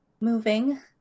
moving